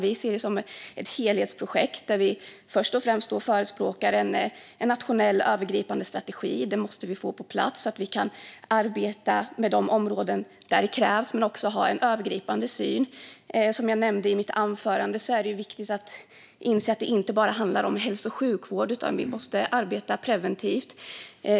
Vi ser det som ett helhetsprojekt där vi först och främst förespråkar att vi får en nationell övergripande strategi på plats så att vi kan arbeta med de områden som kräver det men också ha en övergripande syn. Som jag nämnde i mitt anförande är det viktigt att inse att det inte handlar om bara hälso och sjukvård utan att vi måste arbeta preventivt.